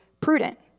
prudent